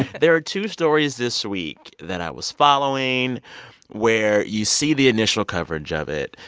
there are two stories this week that i was following where you see the initial coverage of it.